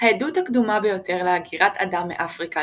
העדות הקדומה ביותר להגירת אדם מאפריקה